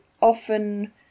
often